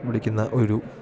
വിളിക്കുന്ന ഒരു